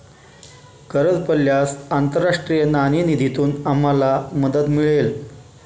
गरज पडल्यास आंतरराष्ट्रीय नाणेनिधीतून आम्हाला मदत मिळेल